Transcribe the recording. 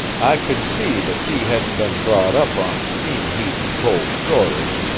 i could see that she hadn't been brought up on steam-heat and cold storage,